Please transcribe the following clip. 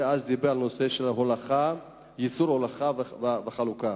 אז דיברו על ייצור, הולכה וחלוקה.